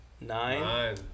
Nine